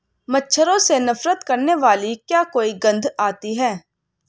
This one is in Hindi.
मच्छरों से नफरत करने वाली क्या कोई गंध आती है?